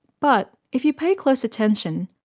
but if you pay close attention,